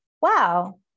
Wow